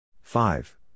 Five